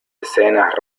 escenas